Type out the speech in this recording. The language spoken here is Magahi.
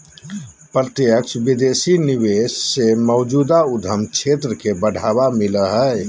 प्रत्यक्ष विदेशी निवेश से मौजूदा उद्यम क्षेत्र के बढ़ावा मिलो हय